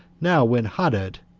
now when hadad,